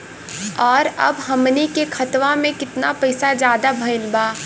और अब हमनी के खतावा में कितना पैसा ज्यादा भईल बा?